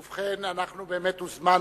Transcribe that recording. ובכן, אנחנו באמת הוזמנו.